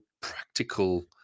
practical